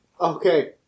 okay